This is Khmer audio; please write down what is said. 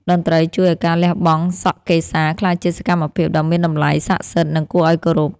តន្ត្រីជួយឱ្យការលះបង់សក់កេសា ក្លាយជាសកម្មភាពដ៏មានតម្លៃ សក្ដិសិទ្ធិ និងគួរឱ្យគោរព។